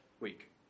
week